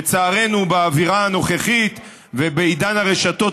לצערנו באווירה הנוכחית ובעידן הרשתות